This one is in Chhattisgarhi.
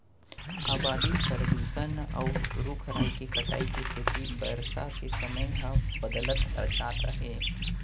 अबादी, परदूसन, अउ रूख राई के कटाई के सेती बरसा के समे ह बदलत जात हे